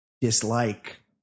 dislike